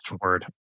word